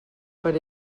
per